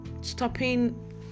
stopping